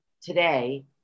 today